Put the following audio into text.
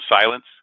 silence